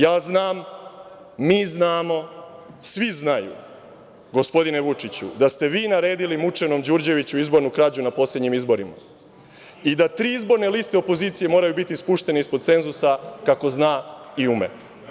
Ja znam, mi znamo, svi znaju, gospodine Vučiću, da ste vi naredili mučenom Đurđeviću izbornu krađu na poslednjim izborima i da tri izborne liste opozicije moraju biti spuštene ispod cenzusa kako znate i umete.